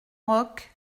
rocs